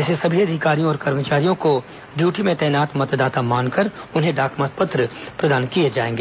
ऐसे सभी अधिकारियों और कर्मचारियों को ड़यूटी में तैनात मतदाता मानकर उन्हें डाक मतपत्र प्रदान किए जाएंगे